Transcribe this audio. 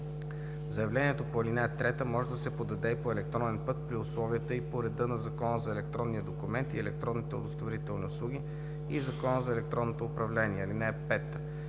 Заявлението по ал. 3 може да се подаде и по електронен път при условията и по реда на Закона за електронния документ и електронните удостоверителни услуги и Закона за електронното управление. (5)